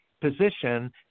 position